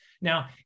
Now